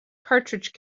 cartridge